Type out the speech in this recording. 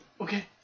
Okay